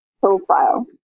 profile